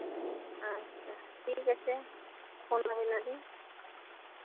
ᱟᱪᱪᱷᱟ ᱴᱷᱤᱠ ᱟᱪᱪᱷᱮ ᱯᱷᱳᱱ ᱟᱵᱮᱱ ᱟᱹᱞᱤᱧ